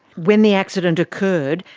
when the accident occurred,